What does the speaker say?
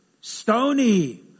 stony